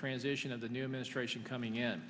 transition of the new administration coming in